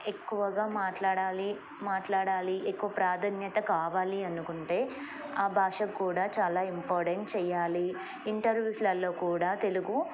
ఎక్కువగా మాట్లాడాలి మాట్లాడాలి ఎక్కువ ప్రాధాన్యత కావాలి అనుకుంటే ఆ భాషకు కూడా చాలా ఇంపార్టెంట్ చెయ్యాలి ఇంటర్వ్యూస్లో కూడా తెలుగు